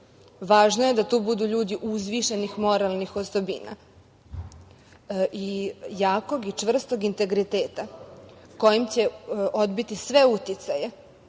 Važno je da tu budu ljudi uzvišenih moralnih osobina i jakog i čvrstog integriteta kojim će odbiti sve uticaje